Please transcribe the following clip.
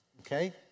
okay